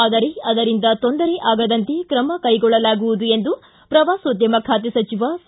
ಆದರೆ ಆದರಿಂದ ತೊಂದರೆ ಆಗದಂತೆ ಕ್ರಮ ಕೈಗೊಳ್ಳಲಾಗುವುದು ಎಂದು ಪ್ರವಾಸೋದ್ಯಮ ಖಾತೆ ಸಚಿವ ಸಾ